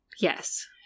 Yes